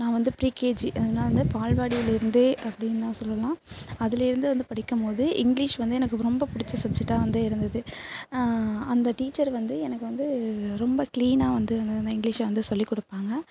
நான் வந்து ப்ரீகேஜி நான் வந்து பால்வாடியிலேருந்தே அப்படின்னா சொல்லலாம் அதிலேருந்து வந்து படிக்கும் போது இங்கிலீஷ் வந்து எனக்கு ரொம்ப பிடிச்ச சப்ஜெக்டாக வந்து இருந்தது அந்த டீச்சர் வந்து எனக்கு வந்து ரொம்ப கிளீன்னாக வந்து அந்தந்த இங்கிலீஷை வந்து சொல்லிக் கொடுப்பாங்க